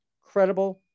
credible